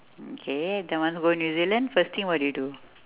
okay then once go new-zealand first thing what do you do